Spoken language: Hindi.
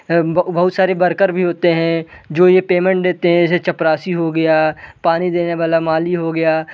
बहुत सारे वर्कर भी होते हैं जो ये पेमेंट देते हैं जैसे चपरासी हो गया पानी देने वाला माली हो गया